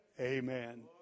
Amen